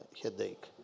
headache